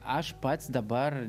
aš pats dabar